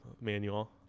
manual